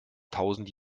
tausend